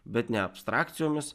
bet ne abstrakcijomis